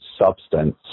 substance